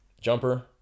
Jumper